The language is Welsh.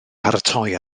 paratoi